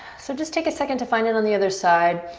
so just take a second to find it on the other side.